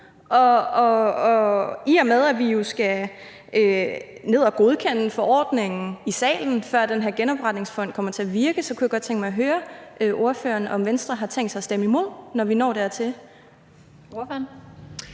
i og med at vi jo skal ned og godkende forordningen i salen, før den her genopretningsfond kommer til at virke, kunne jeg godt tænke mig at høre ordføreren, om Venstre har tænkt sig at stemme imod, når vi når dertil.